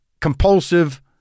compulsive